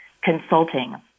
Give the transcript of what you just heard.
consulting